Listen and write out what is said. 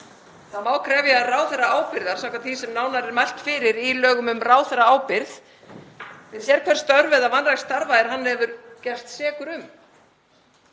Það má krefja ráðherra ábyrgðar, samkvæmt því sem nánar er mælt fyrir um í lögum um ráðherraábyrgð, fyrir sérhver störf eða vanrækt starf er hann hefur gerst sekur um.